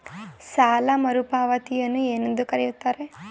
ಸಾಲ ಮರುಪಾವತಿಯನ್ನು ಏನೆಂದು ಕರೆಯುತ್ತಾರೆ?